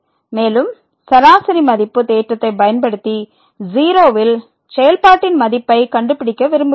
மேலும் சராசரி மதிப்பு தேற்றத்தைப் பயன்படுத்தி 0 இல் செயல்பாட்டின் மதிப்பைக் கண்டுபிடிக்க விரும்புகிறோம்